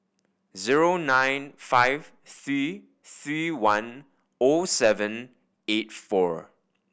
zero nine five three three one O seven eight four